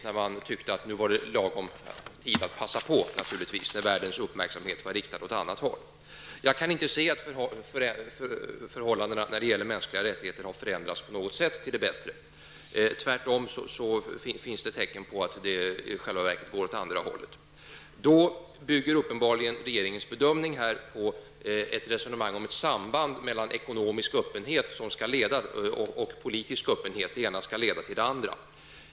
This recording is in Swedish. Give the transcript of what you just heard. Man tyckte naturligtvis att det var en lagom tid att passa på när världens uppmärksamhet var riktad åt ett annat håll. Jag kan inte se att förhållandena när det gäller mänskliga rättigheter på något sätt har förändrats till det bättre. Tvärtom finns det tecken på att utvecklingen i själva verket går åt andra hållet. Regeringens bedömning bygger uppenbarligen på ett resonemang om ett samband mellan ekonomisk och politisk öppenhet. Det ena skall leda till det andra.